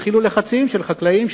התחילו לחצים של חקלאים,